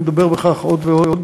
ונדבר בכך עוד ועוד